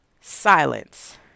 silence